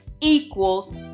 equals